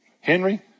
Henry